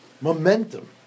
momentum